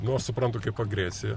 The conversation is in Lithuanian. no aš suprantu kaip agresiją